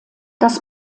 das